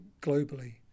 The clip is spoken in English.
globally